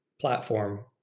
platform